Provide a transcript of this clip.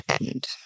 end